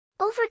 Over